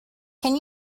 can